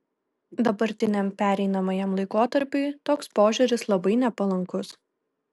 dabartiniam pereinamajam laikotarpiui toks požiūris labai nepalankus